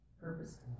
purpose